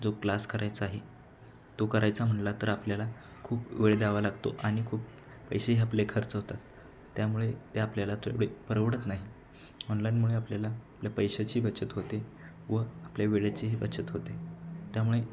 जो क्लास करायचा आहे तो करायचा म्हटला तर आपल्याला खूप वेळ द्यावा लागतो आणि खूप पैसेही आपले खर्च होतात त्यामुळे ते आपल्याला तेवढे परवडत नाही ऑनलाईनमुळे आपल्याला आपल्या पैशाची बचत होते व आपल्या वेळेचीही बचत होते त्यामुळे